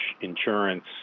insurance